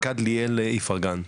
פקד ליאל איפרגן,